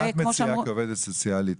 מה את מציעה כעובדת סוציאלית?